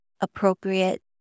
appropriate